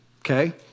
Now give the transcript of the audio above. Okay